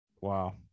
Wow